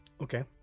Okay